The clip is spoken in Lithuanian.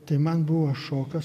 tai man buvo šokas